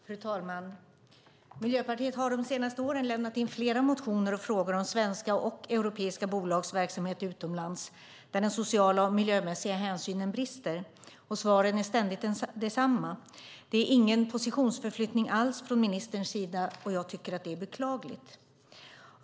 Fru talman! Miljöpartiet har de senaste åren väckt flera motioner och frågor om svenska och europeiska bolags verksamheter utomlands där den sociala och miljömässiga hänsynen brister. Svaren är ständigt desamma. Det är ingen positionsförflyttning alls från ministerns sida, och jag tycker att det är beklagligt.